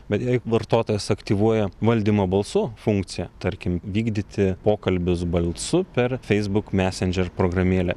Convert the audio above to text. bet jei vartotojas aktyvuoja valdymo balsu funkciją tarkim vykdyti pokalbius balsu per facebook messenger programėlę